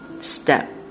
step